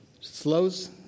slows